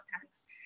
thanks